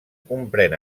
comprèn